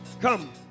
Come